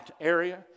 area